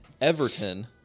Everton